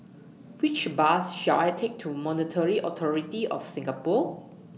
Which Bus should I Take to Monetary Authority of Singapore